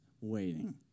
waiting